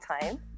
time